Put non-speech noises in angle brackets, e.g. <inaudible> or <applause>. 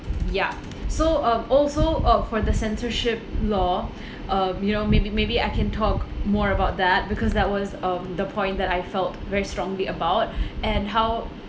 yup so um also uh for the censorship law <breath> uh you know maybe maybe I can talk more about that because that was um the point that I felt very strongly about <breath> and how